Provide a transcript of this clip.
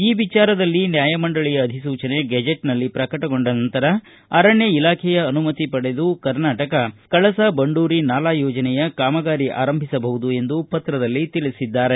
ಈ ವಿಚಾರದಲ್ಲಿ ನ್ಯಾಯಮಂಡಳಿಯ ಅಧಿಸೂಚನೆ ಗೆಜೆಟ್ನಲ್ಲಿ ಶ್ರಕಟಗೊಂಡ ನಂತರ ಅರಣ್ಯ ಇಲಾಖೆಯ ಅನುಮತಿ ಪಡೆದು ಕರ್ನಾಟಕ ಕಳಸಾ ಬಂಡೂರಿ ನಾಲಾ ಯೋಜನೆಯ ಕಾಮಗಾರಿ ಆರಂಭಿಸಬಹುದು ಎಂದು ಪತ್ರದಲ್ಲಿ ತಿಳಿಸಿದ್ದಾರೆ